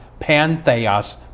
Pantheos